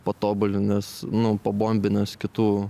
patobulinęs nu pabombinęs kitų